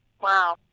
Wow